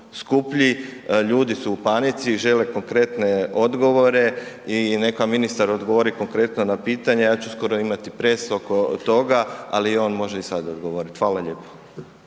ljudi su u panici žele konkretne odgovore i neka ministar odgovori konkretno na pitanja. Ja ću skoro imati press oko toga, ali on može i sad odgovoriti. Hvala lijepo.